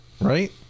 right